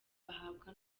ahabwa